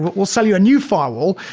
we'll sell you a new firewall,